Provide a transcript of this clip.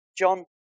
John